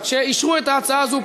את ההתחייבות הזאת